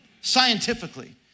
Scientifically